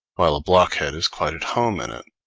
while a blockhead is quite at home in it.